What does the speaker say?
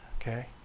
okay